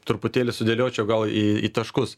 truputėlį sudėliočiau gal į į taškus